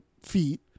feet